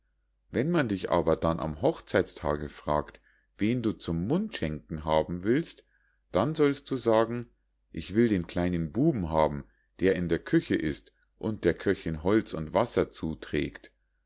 wenn man dich aber dann am hochzeitstage fragt wen du zum mundschenken haben willst dann sollst du sagen ich will den kleinen buben haben der in der küche ist und der köchinn holz und wasser zuträgt